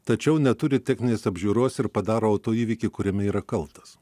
tačiau neturi techninės apžiūros ir padaro autoįvykį kuriame yra kaltas